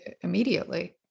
immediately